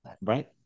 right